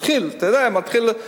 מתחיל, אתה יודע, מתחיל.